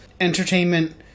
Entertainment